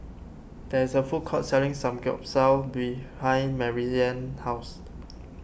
there is a food court selling Samgyeopsal behind Maryann's house